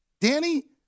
Danny